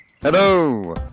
hello